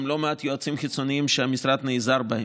לא מעט יועצים חיצוניים שהמשרד נעזר בהם.